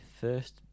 first